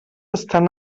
estan